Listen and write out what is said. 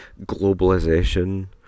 globalization